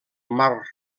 mar